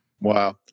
Wow